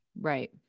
Right